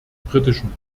britischen